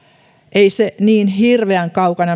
ei se niin hirveän kaukana